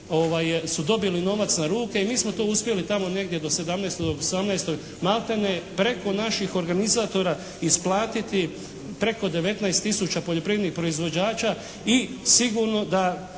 su dobili novac na ruke. I mi smo to uspjeli tamo negdje do 17., 18. malte ne preko naših organizatora isplatiti preko 19 tisuća poljoprivrednih proizvođača. I sigurno da